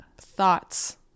thoughts